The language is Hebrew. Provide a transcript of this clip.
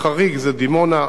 החריג זה דימונה,